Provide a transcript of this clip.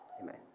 amen